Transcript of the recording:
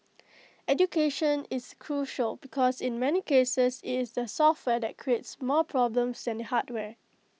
education is crucial because in many cases IT is the software that creates more problems than the hardware